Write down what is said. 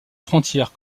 frontière